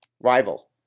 Rival